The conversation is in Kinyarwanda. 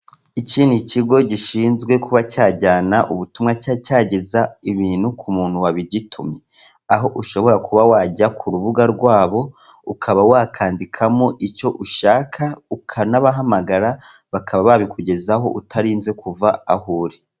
Iki kigo gishinzwe kuba cyajyana ubutumwa cya cyageza ibintu ku muntu wabigitumye, aho ushobora kuba wajya ku rubuga rwabo ukaba wakandikamo icyo ushaka ukanabahamagara bakaba babikugezaho utarinze kuva aho uri.